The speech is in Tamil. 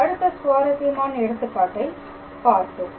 அடுத்த சுவாரசியமான எடுத்துக்காட்டைப் பார்ப்போம்